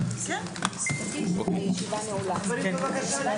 הישיבה ננעלה בשעה